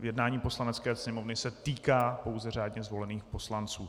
Jednání Poslanecké sněmovny se týká pouze řádně zvolených poslanců.